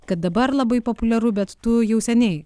kad dabar labai populiaru bet tu jau seniai